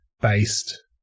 based